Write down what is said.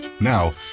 Now